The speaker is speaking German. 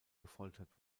gefoltert